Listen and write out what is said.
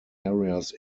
areas